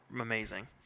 amazing